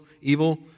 evil